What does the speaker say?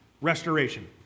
Restoration